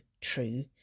true